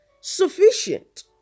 sufficient